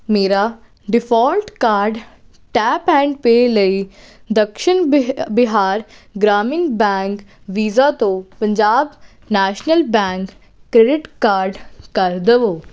ਮੇਰਾ default card tap and pay ਲਈ ਦਕਸ਼ਿਣ ਬ ਬਿਹਾਰ ਗ੍ਰਾਮੀਣ ਬੈਂਕ ਵੀਜ਼ਾ ਤੋਂ Punjab National Bank credit card ਕਰ ਦਵੋ